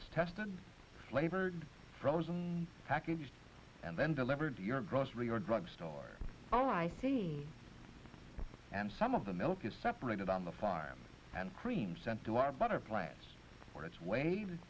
tested flavored frozen packaged and then delivered to your grocery or drug store all i see and some of the milk is separated on the farm and cream sent to our butter plant w